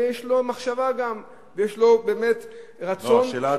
ויש לו מחשבה ויש לו באמת רצון --- השאלה,